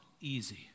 easy